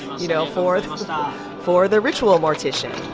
you know, for the for the ritual mortician